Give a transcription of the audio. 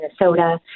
Minnesota